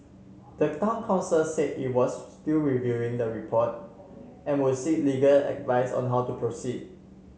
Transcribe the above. the town council said it was still reviewing the report and would seek legal advice on how to proceed